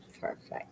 Perfect